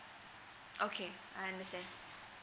okay I understand